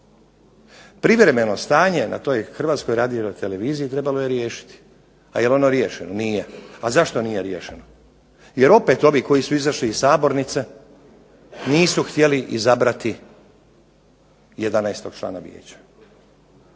Privremeno stanje na toj Hrvatskoj radioteleviziji trebalo je riješiti, a jel ono riješeno, nije. A zašto nije riješeno? Jer opet ovi koji su izašli iz sabornice nisu htjeli izabrati 11. člana vijeća